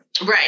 right